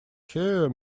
here